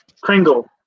Kringle